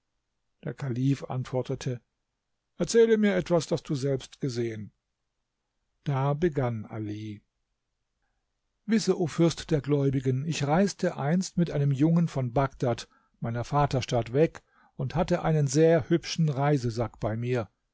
der kalif antwortete erzähle mir etwas das du selbst gesehen da begann ali wisse o fürst der gläubigen ich reiste einst mit einem jungen von bagdad meiner vaterstadt weg und hatte einen sehr hübschen reisesack bei mir